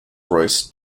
royce